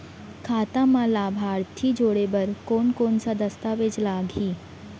खाता म लाभार्थी जोड़े बर कोन कोन स दस्तावेज लागही?